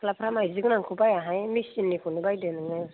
सिख्लाफ्रा माइदि गोनांखौ बायाहाय मिशिननिखौनो बायदो नोंङो